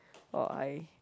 or I